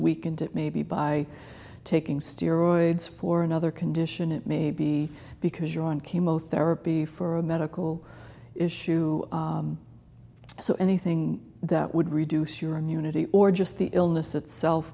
weakened it maybe by taking steroids for another condition it may be because you're on came othera be for a medical issue so anything that would reduce your immunity or just the illness itself